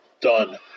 Done